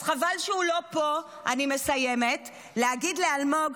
אז חבל שהוא לא פה, אני מסיימת, להגיד לאלמוג: